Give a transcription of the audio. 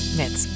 met